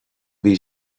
bhí